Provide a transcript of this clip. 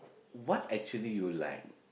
what actually you like